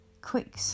quick